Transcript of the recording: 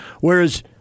Whereas